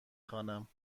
خوانم